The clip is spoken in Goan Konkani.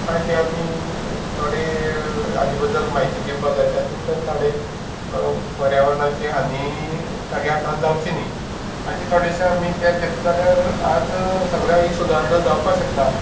आमी थोडे हाज्या बद्दल म्हायती दिवपाक जाय तातून ताणें पर्यावरणाची आनी तागे हातान जावची न्ही हाजी थोडेशें आमी केर घेतलें जाल्यार आज सगळ्याक ही सुदारणां जावपाक शकता